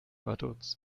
vaduz